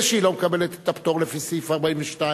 זה שהיא לא מקבלת את הפטור לפי סעיף 42,